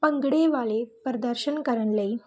ਭੰਗੜੇ ਵਾਲੇ ਪ੍ਰਦਰਸ਼ਨ ਕਰਨ ਲਈ